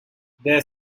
their